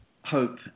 hope